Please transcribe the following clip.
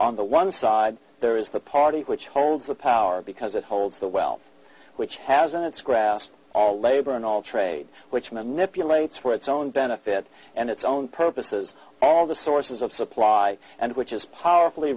on the one side there is the party which holds the power because it holds the wealth which has in its grasp all labor and all trade which manipulates for its own benefit and its own purposes all the sources of supply and which is powerful